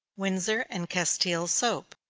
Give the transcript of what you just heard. windsor and castile soap.